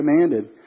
commanded